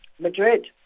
Madrid